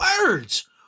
words